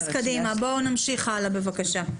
בואו נמשיך הלאה בבקשה.